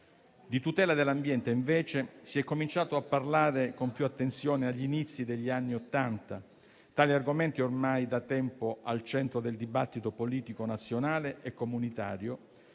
Di tutela dell'ambiente, invece, si è cominciato a parlare con più attenzione agli inizi degli anni Ottanta. Tali argomenti sono ormai da tempo al centro del dibattito politico nazionale e comunitario,